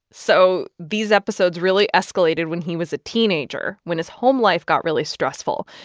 so these episodes really escalated when he was a teenager when his home life got really stressful.